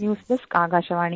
news desk Akashvani